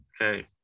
Okay